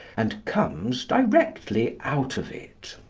and comes directly out of it.